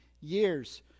years